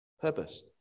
purpose